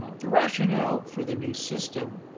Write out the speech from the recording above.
the rationale for the new system,